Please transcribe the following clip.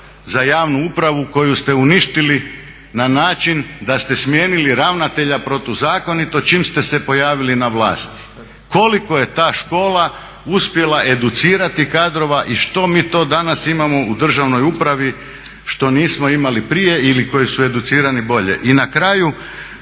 za javnu upravu koju ste uništili na način da ste smijenili ravnatelja protuzakonito čim ste se pojavili na vlasti. Koliko je ta škola uspjela educirati kadrova i što mi to danas imamo u državnoj upravi što nismo imali prije ili koji su educirani bolje? I na kraju